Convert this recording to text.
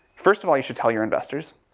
first of all, you should tell your investors.